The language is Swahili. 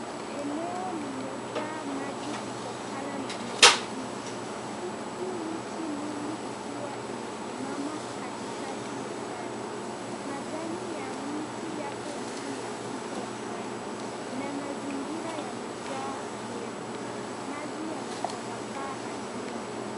Eneo limejaa maji kutokana na mafuriko. Huku miti mingi ikiwa imesimama katikati ya maji. Majani ya miti yako juu ya uso wa maji na mazingira yamejaa unyevu. Maji yametapakaa ardhini.